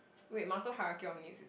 wait Maslow's hierarchy of needs